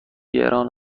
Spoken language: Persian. گران